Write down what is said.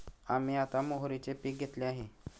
आम्ही आता मोहरीचे पीक घेतले आहे